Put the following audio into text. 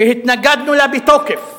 שהתנגדנו לה בתוקף,